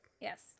Yes